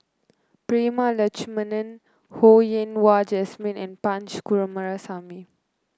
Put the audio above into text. Prema Letchumanan Ho Yen Wah Jesmine and Punch Coomaraswamy